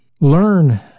learn